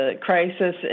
crisis